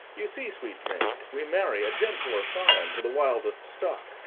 you see, sweet maid, we marry a gentler scion to the wildest stock,